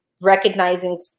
recognizing